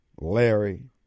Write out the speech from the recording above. larry